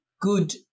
good